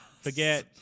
forget